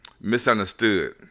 misunderstood